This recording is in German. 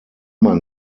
man